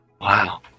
Wow